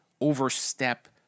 overstep